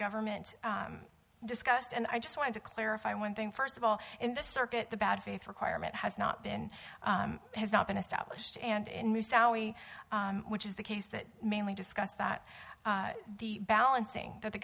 government discussed and i just want to clarify one thing first of all in the circuit the bad faith requirement has not been has not been established and moussaoui which is the case that mainly discussed that the balancing that the